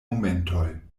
momentoj